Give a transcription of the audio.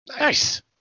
Nice